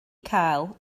cael